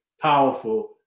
powerful